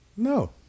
No